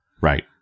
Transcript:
Right